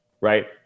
right